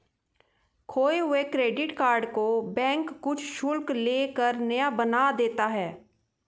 खोये हुए credit card को बैंक कुछ शुल्क ले कर नया बना देता है